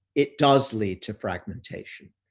it does lead to fragmentation.